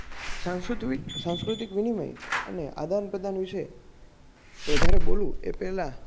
સાંસ્કૃતિક સાંસ્કૃતિક વિનિમય અને આદાનપ્રદાન વિષે વધારે બોલું એ પહેલાં